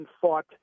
fought